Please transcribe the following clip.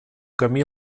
camí